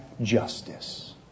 justice